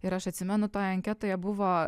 ir aš atsimenu toj anketoje buvo